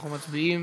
אנחנו מצביעים.